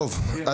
טוב,